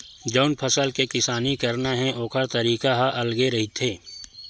जउन फसल के किसानी करना हे ओखर तरीका ह अलगे रहिथे